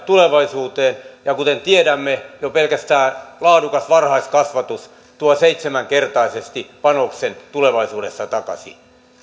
tulevaisuuteen ja kuten tiedämme jo pelkästään laadukas varhaiskasvatus tuo seitsemänkertaisesti panoksen tulevaisuudessa takaisin